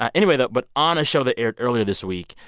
ah anyway, though, but on a show that aired earlier this week,